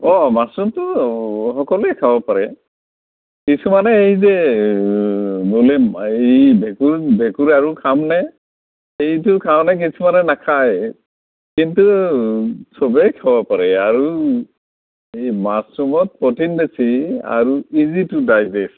অঁ মাছৰুমটো সকলোৱে খাব পাৰে কিছুমান এই যে এই বোলে এই ভেঁকুৰ ভেঁকুৰ আৰু খামনে এইটো কাৰণে কিছুমানে নাখায় কিন্তু চবেই খাব পাৰে আৰু এই মাছৰুমত প্ৰ'টিন বেছি আৰু ইজি টু ডাইজেষ্ট